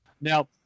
now